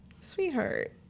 sweetheart